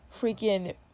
freaking